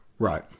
Right